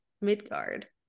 Midgard